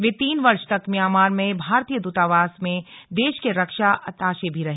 वे तीन वर्ष तक म्यांमा में भारतीय दूतावास में देश के रक्षा अताशे भी रहे